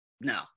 no